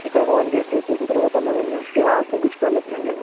ఇక్కడ ఒక one day stay చేసిన తరువాత మనం నెక్స్ట్ డే ఆర్కే బీచ్కు వెళ్ళొచ్చండి